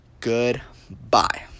Goodbye